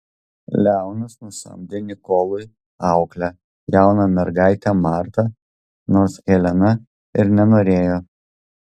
leonas nusamdė nikolui auklę jauną mergaitę martą nors helena ir nenorėjo